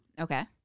Okay